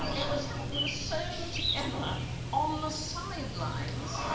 it was it was sewn together on the sidelines